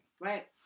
Right